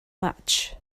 match